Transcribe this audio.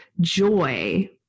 joy